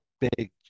big